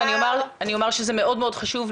אני אומר שזה מאוד חשוב.